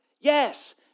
Yes